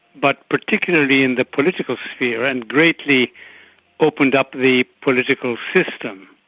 but particularly in the political sphere and greatly opened up the political system.